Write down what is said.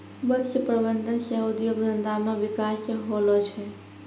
मत्स्य प्रबंधन सह उद्योग धंधा मे बिकास होलो छै